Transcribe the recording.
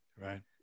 Right